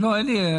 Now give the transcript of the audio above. לא, אין לי.